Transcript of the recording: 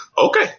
Okay